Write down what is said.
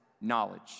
knowledge